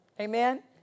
Amen